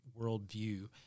worldview